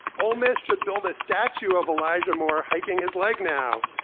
ole miss should build a statue of elijah more hiking his leg now,